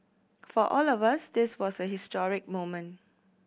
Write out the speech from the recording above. for all of us this was a historic moment